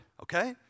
Okay